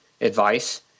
advice